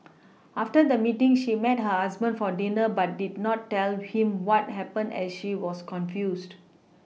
after the meeting she met her husband for dinner but did not tell him what happened as she was confused